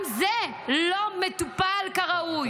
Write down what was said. גם זה לא מטופל כראוי.